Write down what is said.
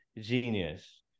genius